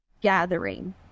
gathering